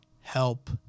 help